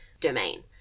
domain